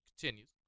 continues